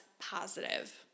positive